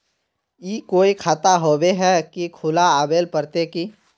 ई कोई खाता होबे है की खुला आबेल पड़ते की?